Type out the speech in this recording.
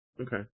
Okay